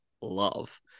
love